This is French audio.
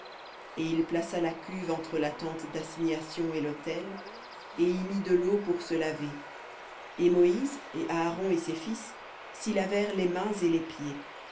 et il plaça la cuve entre la tente d'assignation et l'autel et y mit de l'eau pour se laver et moïse et aaron et ses fils s'y lavèrent les mains et les pieds